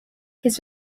his